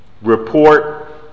report